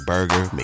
Burger